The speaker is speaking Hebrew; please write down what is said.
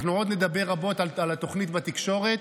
עוד נדבר רבות על התוכנית בתקשורת,